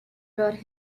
brought